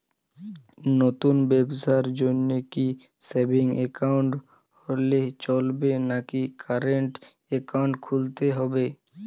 নতুন ব্যবসার জন্যে কি সেভিংস একাউন্ট হলে চলবে নাকি কারেন্ট একাউন্ট খুলতে হবে?